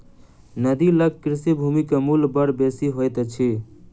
नदी लग कृषि भूमि के मूल्य बड़ बेसी होइत अछि